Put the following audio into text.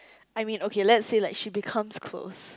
I mean okay let's say like she becomes close